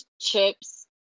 chips